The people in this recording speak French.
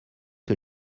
que